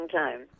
time